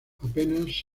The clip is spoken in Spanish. apenas